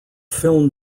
film